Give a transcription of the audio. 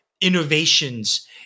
innovations